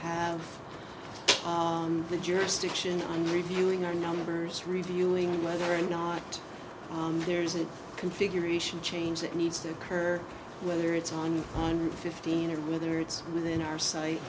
have the jurisdiction on reviewing our numbers reviewing whether or not there's a configuration change that needs to occur whether it's on on fifteen or whether it's within our